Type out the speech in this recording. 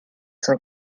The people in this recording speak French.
cent